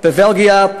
בבלגיה,